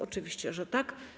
Oczywiście, że tak.